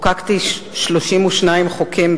חוקקתי 32 חוקים,